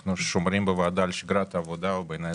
אנחנו שומרים על שגרת העבודה בוועדה דבר שבעיניי